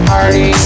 Party